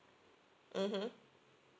mmhmm